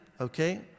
okay